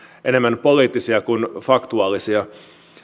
enemmän poliittisia kuin faktuaalisia